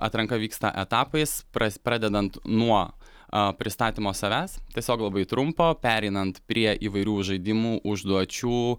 atranka vyksta etapais pras pradedant nuo a pristatymo savęs tiesiog labai trumpo pereinant prie įvairių žaidimų užduočių